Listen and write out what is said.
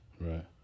right